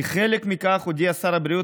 כחלק מכך הודיע שר הבריאות,